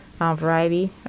variety